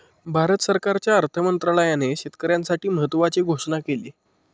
भारत सरकारच्या अर्थ मंत्रालयाने शेतकऱ्यांसाठी महत्त्वाची घोषणा केली